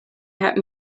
had